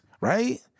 Right